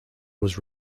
was